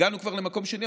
הגענו כבר למקום שני,